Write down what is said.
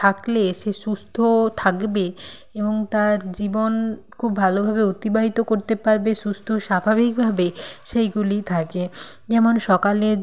থাকলে সে সুস্থ থাকবে এবং তার জীবন খুব ভালোভাবে অতিবাহিত করতে পারবে সুস্ত স্বাভাবিকভাবে সেইগুলি থাকে যেমন সকালে